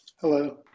Hello